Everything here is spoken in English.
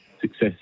success